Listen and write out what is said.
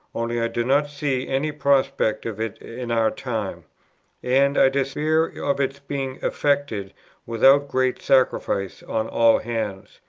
only i do not see any prospect of it in our time and i despair of its being effected without great sacrifices on all hands.